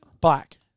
Black